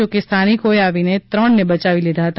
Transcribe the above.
જોકે સ્થાનિકોએ આવી ત્રણ ને બચાવી લીધા હતા